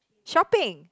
shopping